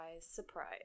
surprise